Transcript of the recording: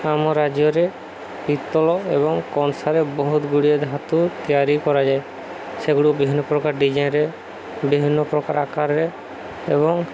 ଆମ ରାଜ୍ୟରେ ପିତ୍ତଳ ଏବଂ କଂସାରେ ବହୁତ ଗୁଡ଼ିଏ ଧାତୁ ତିଆରି କରାଯାଏ ସେଗୁଡ଼ିକ ବିଭିନ୍ନ ପ୍ରକାର ଡିଜାଇନରେ ବିଭିନ୍ନ ପ୍ରକାର ଆକାରରେ ଏବଂ